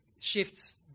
shifts